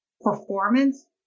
performance